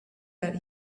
that